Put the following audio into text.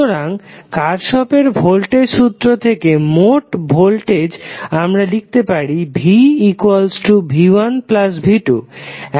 সুতরাং কার্শফের ভোল্টেজ সূত্র থেকে মোট ভোল্টেজ আমরা লিখতে পারি vv1v2